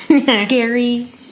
Scary